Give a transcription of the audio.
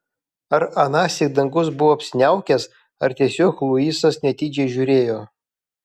ar anąsyk dangus buvo apsiniaukęs ar tiesiog luisas neatidžiai žiūrėjo